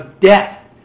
death